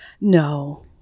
No